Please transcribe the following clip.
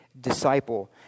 disciple